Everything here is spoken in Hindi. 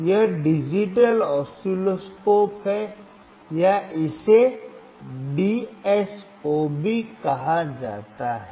यह डिजिटल ऑस्किलोस्कोप है या इसे डीएसओ भी कहा जाता है